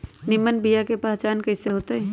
निमन बीया के पहचान कईसे होतई?